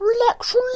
relax